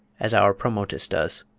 as our pomotis does.